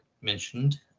mentioned